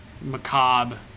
macabre